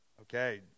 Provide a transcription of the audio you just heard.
Okay